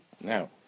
now